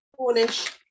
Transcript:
Cornish